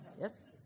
Yes